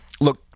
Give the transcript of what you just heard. look